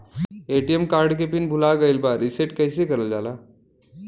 ATM card के pin भूला गइल बा रीसेट कईसे करल जाला?